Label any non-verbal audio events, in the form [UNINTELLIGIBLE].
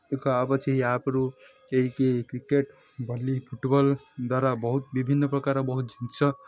ଏକ ଆପ୍ ଅଛି ଏହି ଆପ୍ରୁ [UNINTELLIGIBLE] କ୍ରିକେଟ୍ ଭଲି ଫୁଟ୍ବଲ୍ ଦ୍ୱାରା ବହୁତ ବିଭିନ୍ନପ୍ରକାର ବହୁତ ଜିନିଷ